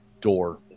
door